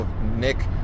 Nick